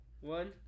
one